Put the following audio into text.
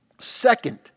Second